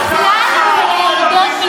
מהאופוזיציה, מסר נוראי לנשים באשר הן,